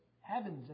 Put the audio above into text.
heavens